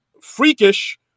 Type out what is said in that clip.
freakish